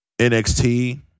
NXT